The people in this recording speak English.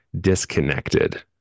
disconnected